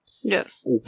Yes